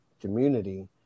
community